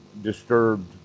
disturbed